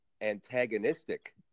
antagonistic